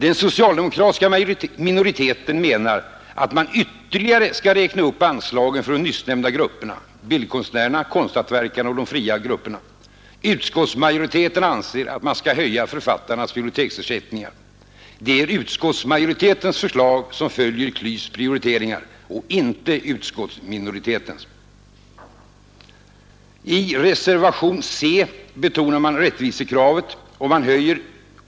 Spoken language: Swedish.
Den socialdemokratiska minoriteten menar att man ytterligare skall räkna upp anslagen för de nyssnämnda grupperna — bildkonstnärerna, konsthantverkarna och de fria grupperna. Utskottsmajoriteten anser att man skall höja författarnas biblioteksersättningar. Det är utskottsmajoritetens förslag som följer KLYS:s prioriteringar och inte utskottsminoritetens. I reservationen C betonar man rättvisekravet.